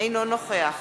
אינו נוכח